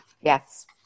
yes